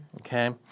okay